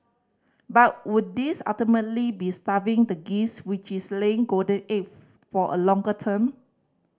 but would this ultimately be starving the geese which is laying golden for a longer term